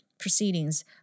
proceedings